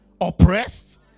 Oppressed